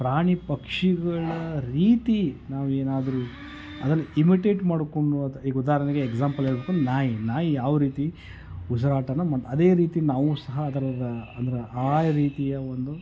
ಪ್ರಾಣಿ ಪಕ್ಷಿಗಳ ರೀತಿ ನಾವು ಏನಾದ್ರೂ ಅದನ್ನು ಇಮಿಟೇಟ್ ಮಾಡಿಕೊಂಡು ಅದು ಈಗ ಉದಾಹರಣೆಗೆ ಎಕ್ಸಾಂಪಲ್ ಹೇಳಬೇಕು ನಾಯಿ ನಾಯಿ ಯಾವ ರೀತಿ ಉಸಿರಾಟನ ಮಾಡ್ತೆ ಅದೇ ರೀತಿ ನಾವು ಸಹ ಅದರದ್ದು ಅಂದ್ರೆ ಆ ರೀತಿಯ ಒಂದು